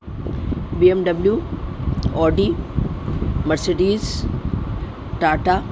BMW Audi Mercedes Tata